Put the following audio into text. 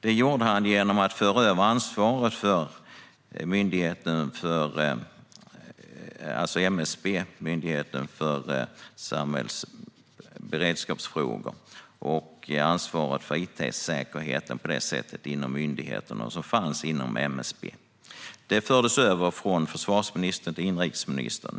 Det gjorde han genom att föra över ansvaret för MSB, Myndigheten för samhällsskydd och beredskap, och ansvaret för itsäkerheten inom myndigheterna från försvarsministern till inrikesministern.